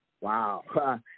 wow